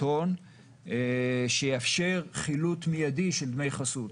הון שיאפשר חילוט מיידי של דמי חסות.